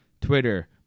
Twitter